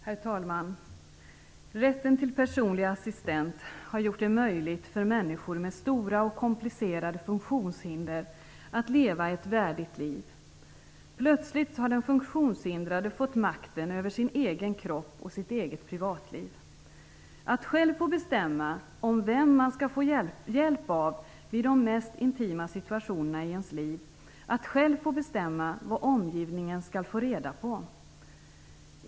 Herr talman! Rätten till personlig assistent har gjort det möjligt för människor med stora och komplicerade funktionshinder att leva ett värdigt liv. Plötsligt har den funktionshindrade fått makten över sin egen kropp och sitt eget privatliv. De får själva bestämma vem de skall få hjälp av i de mest intima situationerna i sitt liv och vad omgivningen skall få reda på.